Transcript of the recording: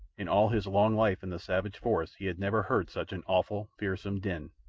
in all his long life in the savage forest he had never heard such an awful, fearsome din.